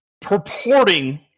purporting